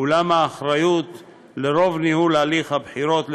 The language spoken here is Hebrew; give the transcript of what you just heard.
אולם האחריות לרוב ניהול הליך הבחירות,